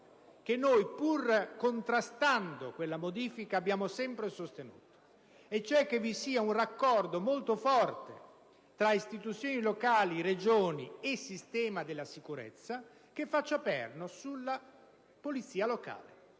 che noi, pur contrastando quella modifica, abbiamo sempre sostenuto, cioè che vi sia un raccordo molto forte tra istituzioni locali "Regioni" e sistema della sicurezza che faccia perno sulla polizia locale,